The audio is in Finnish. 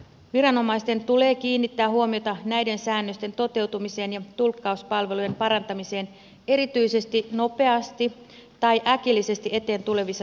viranomaisten tulee kiinnittää huomiota näiden säännösten toteutumiseen ja tulkkauspalvelujen parantamiseen erityisesti nopeasti tai äkillisesti eteen tulevissa tilanteissa